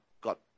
got